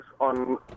on